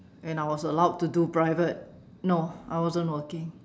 and I was allowed to do private no I wasn't working